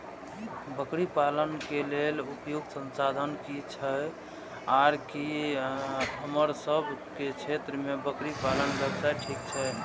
बकरी पालन के लेल उपयुक्त संसाधन की छै आर की हमर सब के क्षेत्र में बकरी पालन व्यवसाय ठीक छै?